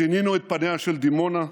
שינינו את פניה של דימונה,